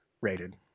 rated